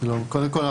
קודם כול,